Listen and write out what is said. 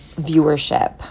viewership